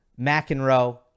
McEnroe